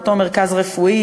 באותו מרכז רפואי,